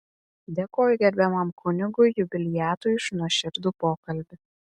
dėkoju gerbiamam kunigui jubiliatui už nuoširdų pokalbį